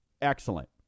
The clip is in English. excellent